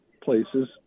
places